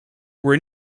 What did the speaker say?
were